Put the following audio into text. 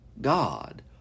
God